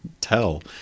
tell